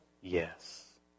Yes